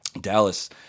Dallas